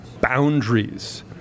boundaries